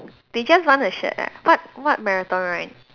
they just want the shirt ah what what marathon run